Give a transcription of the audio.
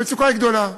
המצוקה היא גדולה.